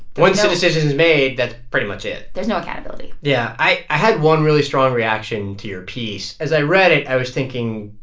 once the decision is made, that's pretty much it there's no accountability yeah. i i had one really strong reaction to your piece. as i read it, i was thinking,